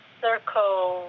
circle